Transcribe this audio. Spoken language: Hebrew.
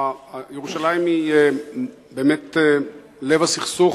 ירושלים היא באמת לב הסכסוך,